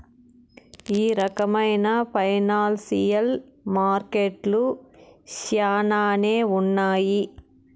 ఈ రకమైన ఫైనాన్సియల్ మార్కెట్లు శ్యానానే ఉన్నాయి